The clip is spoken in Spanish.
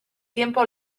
tiempo